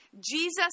Jesus